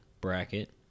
bracket